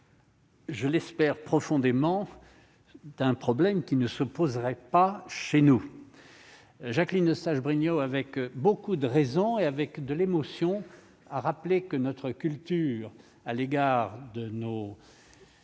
Je l'espère profondément d'un problème qui ne se poserait pas chez nous Jacqueline Eustache-Brinio avec beaucoup de raisons et avec de l'émotion à rappeler que notre culture, à l'égard de nos